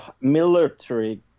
military